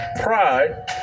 Pride